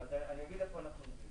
אני אגיד איפה אנחנו עומדים.